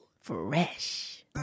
Fresh